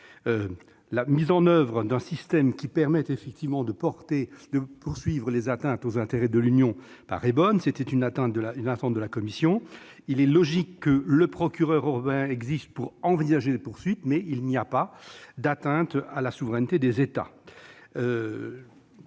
la mise en oeuvre d'un système permettant de poursuivre les atteintes aux intérêts de l'Union paraît bonne. C'était une attente de la commission. Il est logique que le procureur existe pour envisager des poursuites, mais il n'y a pas d'atteinte à la souveraineté des États.